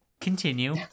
continue